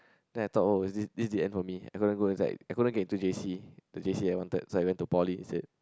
then I thought oh is this this is the end for me I couldn't go inside I couldn't get into J_C the J_C I wanted so I went to poly instead